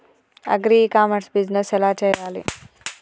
Agri e commerce business ఎలా చెయ్యాలి?